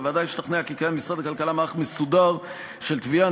הוועדה השתכנעה כי קיים במשרד הכלכלה מערך מסודר של תביעה,